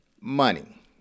money